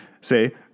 say